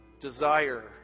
desire